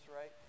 right